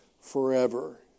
forever